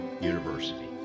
University